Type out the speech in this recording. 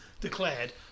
declared